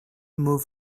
move